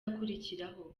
akurikiraho